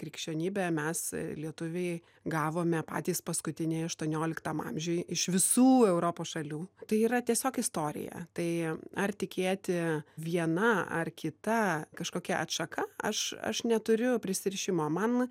krikščionybę mes lietuviai gavome patys paskutiniai aštuonioliktam amžiui iš visų europos šalių tai yra tiesiog istorija tai ar tikėti viena ar kita kažkokia atšaka aš aš neturiu prisirišimo man